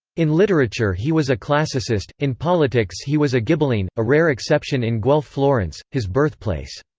in literature he was a classicist in politics he was a ghibelline, a rare exception in guelph florence, his birthplace.